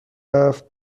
رفت